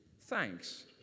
thanks